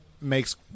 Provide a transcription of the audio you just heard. makes